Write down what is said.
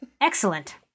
Excellent